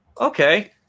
okay